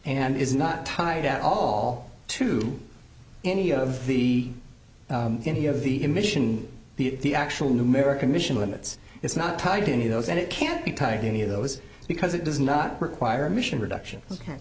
and is not tied at all to any of the any of the emission be it the actual numerical mission limits it's not tied to any of those and it can't be tied to any of those because it does not require emission reduction ok